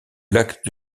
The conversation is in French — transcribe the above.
lac